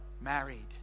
married